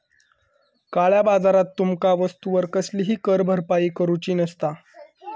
काळया बाजारात तुमका वस्तूवर कसलीही कर भरपाई करूची नसता